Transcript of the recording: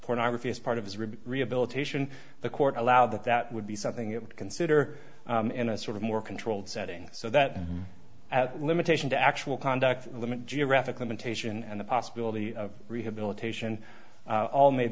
pornography as part of his review rehabilitation the court allowed that that would be something it would consider in a sort of more controlled setting so that at limitation to actual conduct limit geographic limitation and the possibility of rehabilitation all made